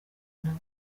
nawe